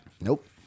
Nope